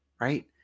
right